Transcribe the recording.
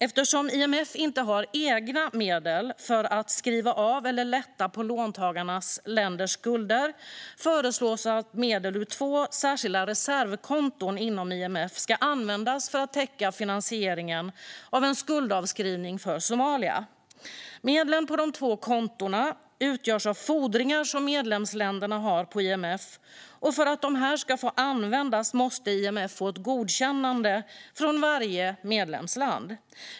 Eftersom IMF inte har egna medel för att skriva av eller lätta på låntagande länders skulder föreslås att medel ur två särskilda reservkonton inom IMF ska användas för att täcka finansieringen av en skuldavskrivning för Somalia. Medlen på de två kontona utgörs av fordringar som medlemsländerna har på IMF, och för att de ska få användas måste IMF få ett godkännande från varje medlemsland.